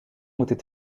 moeten